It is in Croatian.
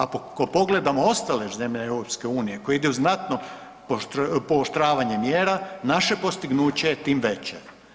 Ako pogledamo ostale zemlje EU-a koje idu u znatno pooštravanje mjera, naše postignuće je tim veće.